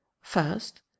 First